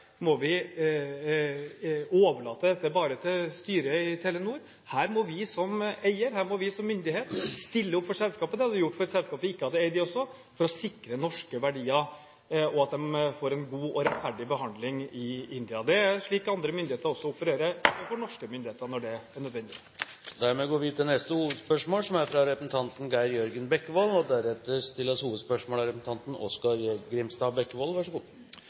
må vi som eier, her må vi som myndighet, stille opp for selskapet. Det hadde vi gjort for et selskap vi ikke har eierskap i også, for å sikre norske verdier og sikre at de får en god og rettferdig behandling i India. Det er slik andre myndigheter opererer overfor norske myndigheter, når det er nødvendig. Vi går til neste hovedspørsmål. Mitt spørsmål går til kommunalministeren. Jeg vil følge opp det sporet som